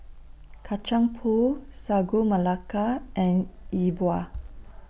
Kacang Pool Sagu Melaka and Yi Bua